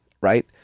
right